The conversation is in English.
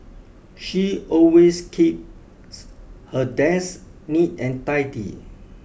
she always keeps her desk neat and tidy